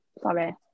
sorry